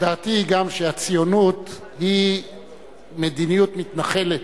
דעתי היא גם שהציונות היא מדיניות מתנחלת,